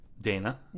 Dana